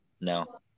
No